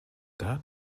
that